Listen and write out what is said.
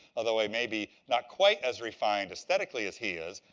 although maybe not quite as refined aesthetically as he is.